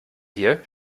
hier